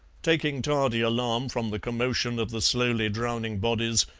taking tardy alarm from the commotion of the slowly drowning bodies,